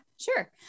sure